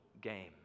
game